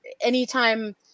anytime